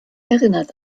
erinnert